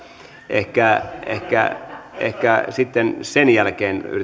ehkä ehkä sitten sen jälkeen yritetään